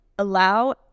Allow